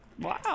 Wow